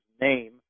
name